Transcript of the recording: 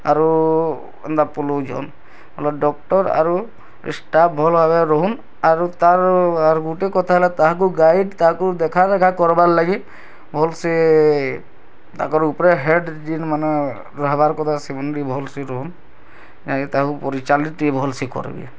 ଆରୁ ଏନ୍ତା ପଲଉଛନ୍ ଡକ୍ଟର୍ ଆରୁ ଷ୍ଟାପ୍ ଭଲ୍ ଭାବରେ ରହୁନ୍ ଆରୁ ତାର୍ ଆରୁ ଗୁଟେ କଥା ହେଲା ତାହାକୁ ଗାଇଡ଼୍ ତାହାକୁ ଦେଖାରେଖା କାରବାର୍ ଲାଗି ଭଲ୍ସେ ତାଙ୍କର୍ ଉପରେ ହେଡ଼୍ ଜିନ୍ମାନେ ରହିବାର୍ କଥା ସେମାନେ ବି ଭଲସେ ରହୁନ୍ ନାଇଁ ତାଙ୍କ ପରିଚାଲି ଟିକେ ଭଲସେ କରିବେ